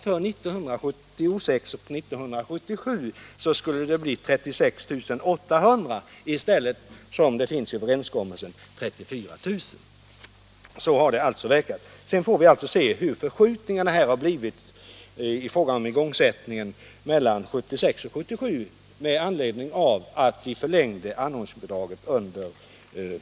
För 1976 och 1977 skulle det bli totalt 36 800 platser, i stället för som i överenskommelsen 34 000. Så har det alltså verkat. Sedan får vi alltså se hur förskjutningarna har blivit i fråga om igångsättningen mellan 1976 och 1977 med anledning av att vi förlängde anordningsbidraget med